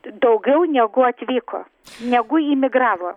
daugiau negu atvyko negu imigravo